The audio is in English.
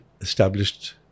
established